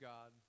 God